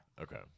Okay